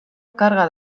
karga